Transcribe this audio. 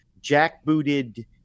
jackbooted